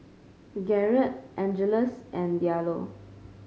Garret Angeles and Diallo